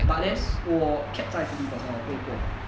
but then 我 kept 在 fifty percent 我不会过